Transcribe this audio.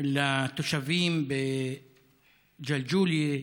לתושבים בג'לג'וליה,